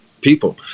people